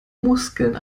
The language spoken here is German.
muskeln